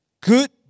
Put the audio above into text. good